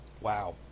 Wow